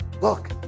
look